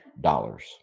dollars